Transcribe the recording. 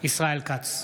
ישראל כץ,